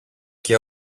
και